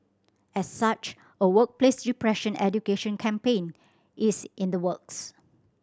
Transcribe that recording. as such a workplace depression education campaign is in the works